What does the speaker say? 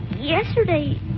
Yesterday